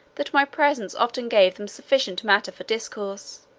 that my presence often gave them sufficient matter for discourse,